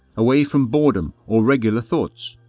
away from boredom or regular thoughts,